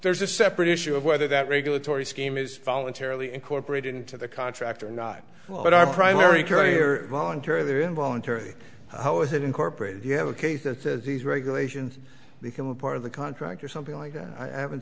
there's a separate issue of whether that regulatory scheme is voluntarily incorporated into the contract or not but our primary carrier voluntary or involuntary how is it incorporated you have a case to these regulations they can be part of the contract or something like that i haven't